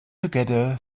together